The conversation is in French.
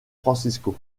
francisco